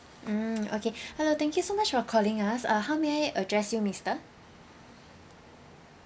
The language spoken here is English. mm okay hello thank you so much for calling us uh how may I address you mister